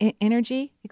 energy